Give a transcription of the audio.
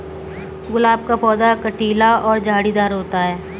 गुलाब का पौधा कटीला और झाड़ीदार होता है